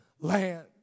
land